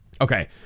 okay